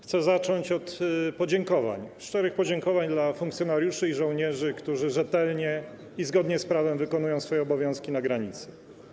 Chcę zacząć od podziękowań, szczerych podziękowań dla funkcjonariuszy i żołnierzy, którzy rzetelnie i zgodnie z prawem wykonują swoje obowiązki na granicy.